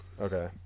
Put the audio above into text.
okay